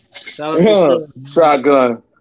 shotgun